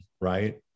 right